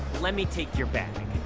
let me take your bag.